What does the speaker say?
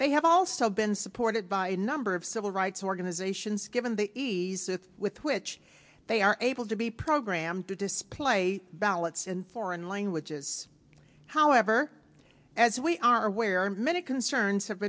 they have also been supported by a number of civil rights organizations given the ease with with which they are able to be programmed to display ballots in foreign languages however as we are aware many concerns have